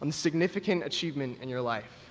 on this significant achievement in your life.